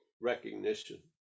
recognition